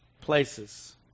places